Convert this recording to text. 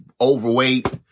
overweight